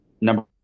number